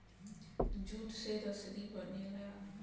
jute से रसरी बनेला